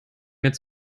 mehr